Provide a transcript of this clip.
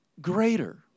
greater